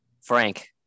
Frank